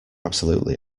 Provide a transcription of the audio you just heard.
absolutely